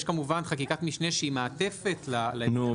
יש כמובן חקיקת משנה שהיא מעטפת לעניין הזה --- נו,